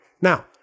Now